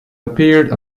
appeared